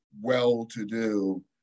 well-to-do